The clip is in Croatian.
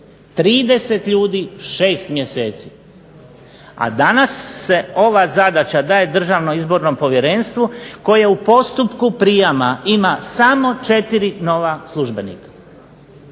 30 ljudi, 6 mjeseci. A danas se ova zadaća daje DIP-u koje u postupku prijama ima samo 4 nova službenika.